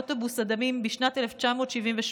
אוטובוס הדמים בשנת 1978,